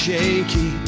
shaky